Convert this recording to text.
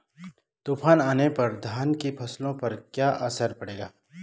तूफान आने पर धान की फसलों पर क्या असर पड़ेगा?